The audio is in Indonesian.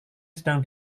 sedang